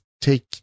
take